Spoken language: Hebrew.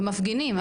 למפגינים,